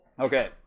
Okay